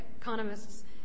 economists